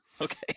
Okay